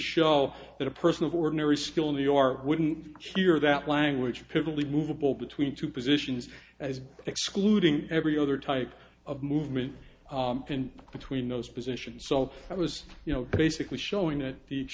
show that a person of ordinary skill in the art wouldn't hear that language piddly movable between two positions as excluding every other type of movement in between those positions so i was you know basically showing that